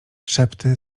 szepty